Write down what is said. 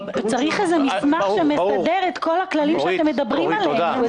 כי צריך מסמך איזשהו מסמך שמסדר את כל הכללים שאתם מדברים עליהם.